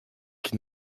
qui